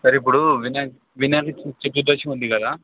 sir ఇప్పుడూ వినాయక చతుర్థశి ఉంది కదా